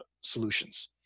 solutions